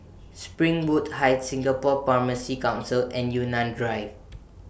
Springwood Heights Singapore Pharmacy Council and Yunnan Drive